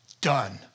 Done